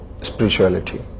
Spirituality